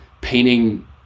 painting